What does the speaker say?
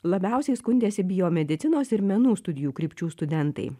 labiausiai skundėsi biomedicinos ir menų studijų krypčių studentai